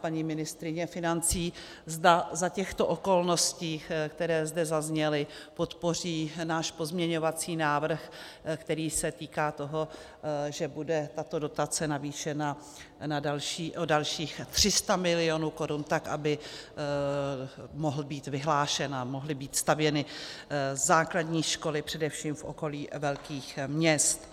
paní ministryně financí, zda za těchto okolností, které zde zazněly, podpoří náš pozměňovací návrh, který se týká toho, že bude tato dotace navýšena o dalších 300 milionů korun, tak aby mohl být vyhlášen a mohly být stavěny základní školy především v okolí velkých měst.